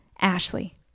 Ashley